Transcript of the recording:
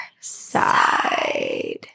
side